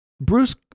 Bruce